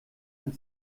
ein